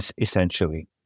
Essentially